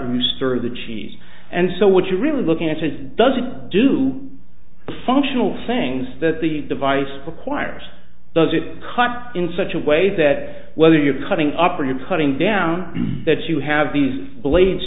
rooster the cheese and so what you're really looking at it doesn't do the functional things that the device requires those it cut in such a way that whether you're cutting up or you're cutting down that you have these blades